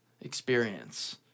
experience